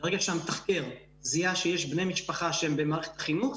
ברגע שהמתחקר זיהה שיש בני משפחה שהם במערכת החינוך,